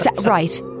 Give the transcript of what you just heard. Right